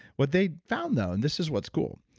what they found though, and this is what's cool,